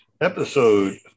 episode